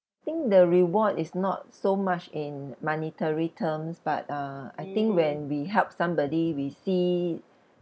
think the reward is not so much in monetary terms but uh I think when we help somebody we see